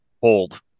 hold